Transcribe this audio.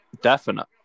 definite